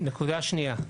נקודה שניה,